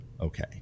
okay